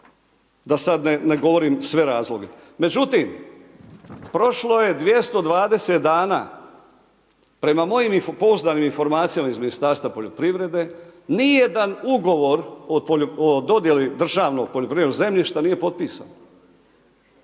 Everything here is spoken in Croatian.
da sad ne govorim sve razloge. Međutim, prošlo je 220 dana prema mojim pouzdanim informacijama iz Ministarstva poljoprivrede ni jedan ugovor o dodjeli državnog poljoprivrednog zemljišta nije potpisan.